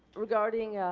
regarding,